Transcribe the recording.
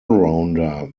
rounder